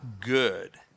good